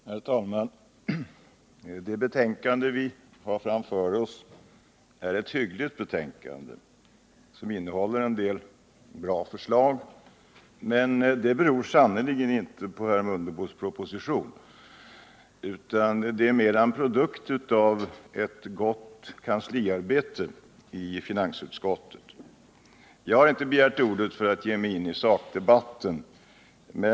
| Herr talman! Det betänkande vi har framför oss är ett hyggligt betänkande, som innehåller en del bra förslag. Men det beror sannerligen inte på herr Mundebos proposition. Det är mera en produkt av ett gott kansliarbete i | Jag har inte begärt ordet för att ge mig in i sakdebatten.